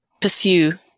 pursue